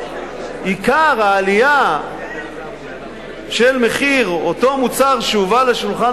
עיקר העלייה של מחיר אותו מוצר שהובא לשולחן